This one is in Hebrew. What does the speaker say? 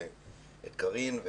ואת קארין.